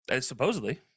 Supposedly